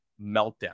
meltdown